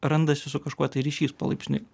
randasi su kažkuo tai ryšys palaipsniui